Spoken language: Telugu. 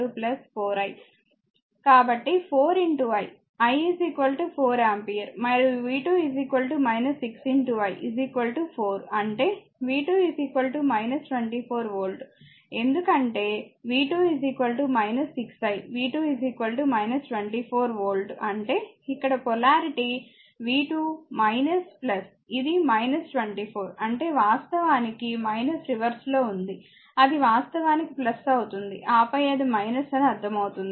కాబట్టి 4 i i 4 ఆంపియర్ మరియు v2 6 i 4 అంటే v 2 24 వోల్ట్ ఎందుకంటే v2 6 i v 2 24 వోల్ట్ అంటే ఇక్కడ పొలారిటీ v 2 ఇది 24 అంటే వాస్తవానికి రివర్స్ లో ఉంది అది వాస్తవానికి అవుతుంది ఆపై అది అని అర్ధమవుతుంది